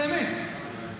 באמת,